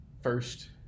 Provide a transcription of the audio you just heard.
first